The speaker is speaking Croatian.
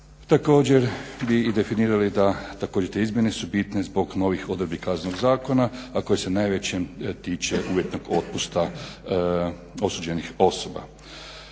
Također bi i definirali da također te izmjene su bitne zbog novih odredbi Kaznenog zakona, a koji se u najvećem tiče uvjetnog otpusta osuđenih osoba.